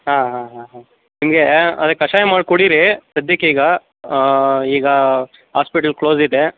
ಹಾಂ ಹಾಂ ಹಾಂ ಹಾಂ ಹಂಗೇ ಅದಕ್ಕೆ ಕಷಾಯ ಮಾಡಿ ಕುಡೀರಿ ಸದ್ಯಕ್ಕೆ ಈಗ ಈಗ ಹಾಸ್ಪಿಟ್ಲ್ ಕ್ಲೋಸ್ ಇದೆ